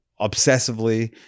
obsessively